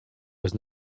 was